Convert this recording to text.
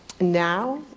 now